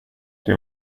det